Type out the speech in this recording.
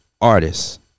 artists